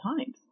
times